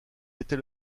était